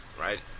right